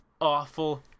awful